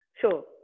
sure